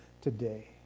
today